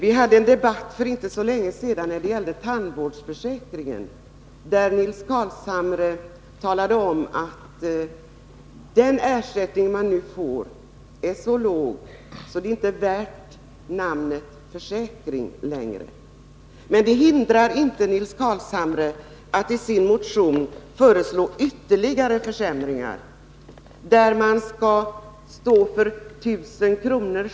I riksdagen fördes för inte så länge sedan en debatt om tandvårdsförsäkringen, där Nils Carlshamre talade om att den ersättning man nu får är så låg att systemet inte längre är värt namnet försäkring. Men det hindrar inte Nils Carlshamre från att i sin motion föreslå ytterligare försämringar, bl.a. att man skall stå för 1 000 kr.